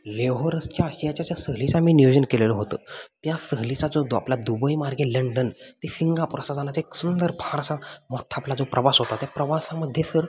लेहोरसच्या आशियाच्या सहलीचं आम्ही नियोजन केलेलं होतं त्या सहलीचा जो आपला दुबई मार्गे लंडन ते सिंगापूर असा जाण्याचा एक सुंदर फार असा मोठ्ठा आपला जो प्रवास होता त्या प्रवासामध्ये सर